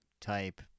type